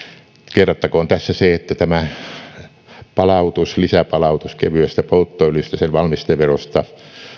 kerrattakoon tässä se että tämä lisäpalautus kevyen polttoöljyn valmisteverosta